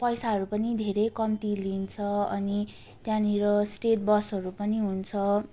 पैसाहरू पनि धेरै कम्ती लिन्छ अनि त्यहाँनिर स्टेट बसहरू पनि हुन्छ